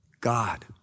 God